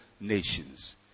nations